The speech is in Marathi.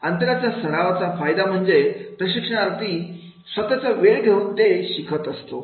अंतराच्या सरावाचा फायदा म्हणजे प्रशिक्षणार्थी स्वतःचा वेळ घेऊन ते शिकत असतो